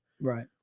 Right